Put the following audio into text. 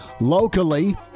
locally